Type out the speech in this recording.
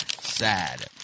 sad